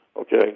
okay